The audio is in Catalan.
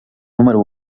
número